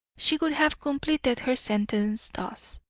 she would have completed her sentence thus